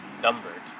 numbered